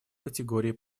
категории